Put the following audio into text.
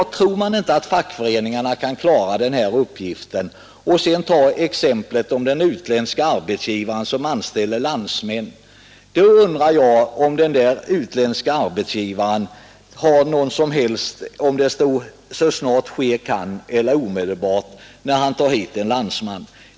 Men tror man inte att fackföreningarna kan klara den uppgiften och sedan tar exemplet med den utländske arbetsgivaren som anställer landsmän, så undrar jag om det för den arbetsgivaren gör någon som helst skillnad om det står ”så snart det kan ske” eller om det står ”omedelbart”, när han an landsman.